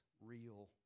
real